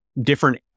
different